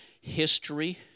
history